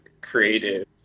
creative